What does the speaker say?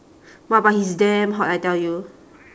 !wah! but he is damn hot I tell you